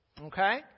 Okay